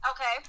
Okay